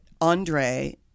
Andre